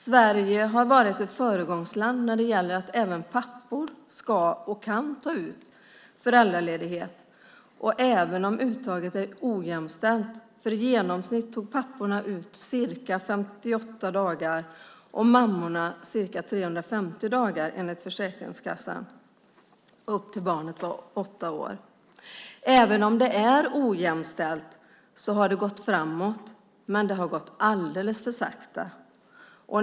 Sverige har varit ett föregångsland när det gäller att även pappor ska och kan ta ut föräldraledighet, även om uttaget är ojämställt. I genomsnitt tar papporna ut ca 58 dagar och mammorna ca 350 dagar upp till det att barnet är åtta år enligt Försäkringskassan. Även om det är ojämställt har det gått framåt, men det har gått alldeles för sakta.